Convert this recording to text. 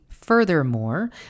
Furthermore